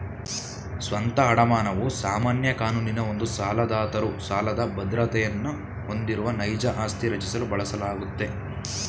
ಸ್ವಂತ ಅಡಮಾನವು ಸಾಮಾನ್ಯ ಕಾನೂನಿನ ಒಂದು ಸಾಲದಾತರು ಸಾಲದ ಬದ್ರತೆಯನ್ನ ಹೊಂದಿರುವ ನೈಜ ಆಸ್ತಿ ರಚಿಸಲು ಬಳಸಲಾಗುತ್ತೆ